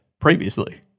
previously